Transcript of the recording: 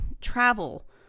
travel